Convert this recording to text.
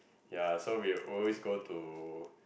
ya so we will always go to